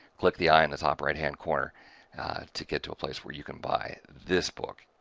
click the i in the top right hand corner to get to a place where you can buy this book.